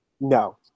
No